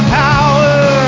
power